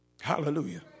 Hallelujah